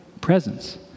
Presence